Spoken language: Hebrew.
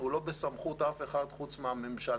הוא לא בסמכות אף אחד חוץ מהממשלה